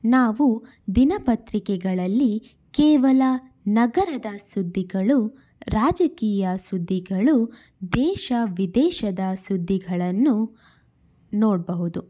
ನಾವು ದಿನಪತ್ರಿಕೆಗಳಲ್ಲಿ ಕೇವಲ ನಗರದ ಸುದ್ದಿಗಳು ರಾಜಕೀಯ ಸುದ್ದಿಗಳು ದೇಶ ವಿದೇಶದ ಸುದ್ದಿಗಳನ್ನು ನೋಡಬಹುದು